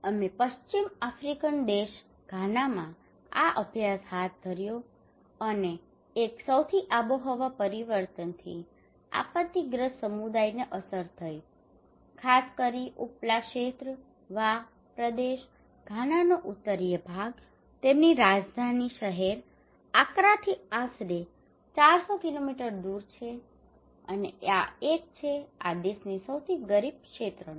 અમે પશ્ચિમ આફ્રિકન દેશ ઘાનામાં આ અભ્યાસ હાથ ધર્યો છે અને એક સૌથી આબોહવા પરિવર્તનથી આપત્તિગ્રસ્ત સમુદાયને અસર થઈ છે ખાસ કરીને ઉપલા ક્ષેત્ર વા પ્રદેશ ઘાનાનો ઉત્તરીય ભાગ તેમની રાજધાની શહેર અક્રાથી આશરે ચારસો કિલોમીટર દૂર છે અને એક છે આ દેશના સૌથી ગરીબ ક્ષેત્રનો